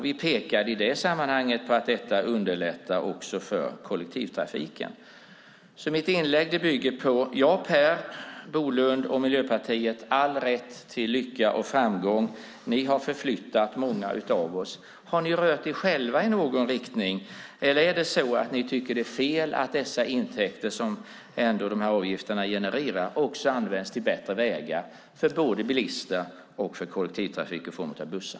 Vi pekade i det sammanhanget på att detta underlättar också för kollektivtrafiken. Mitt inlägg bygger på att Per Bolund och Miljöpartiet har all rätt till lycka och framgång. Ni har förflyttat många av oss. Har ni rört er själva i någon riktning eller tycker ni att det är fel att dessa intäkter som avgifterna genererar också används till bättre vägar för både bilister och kollektivtrafiken i form av bussar?